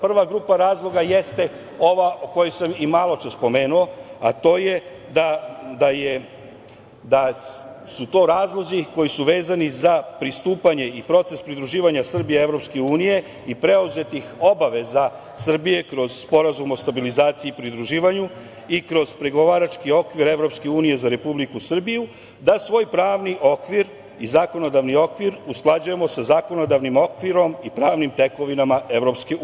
Prva grupa razloga jeste ova o kojoj sam i maločas pomenuo, a to je da su to razlozi koji su vezani za pristupanje i proces pridruživanja Srbije i EU i preuzetih obaveza Srbije kroz Sporazum o stabilizaciji i pridruživanju i kroz Pregovarački okvir EU za Republiku Srbiju, da svoj pravni okvir i zakonodavni okvir usklađujemo sa zakonodavnim okvirom i pravnim tekovinama EU.